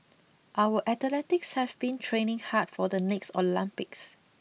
our athletes have been training hard for the next Olympics